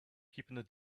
keeping